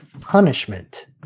punishment